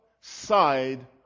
side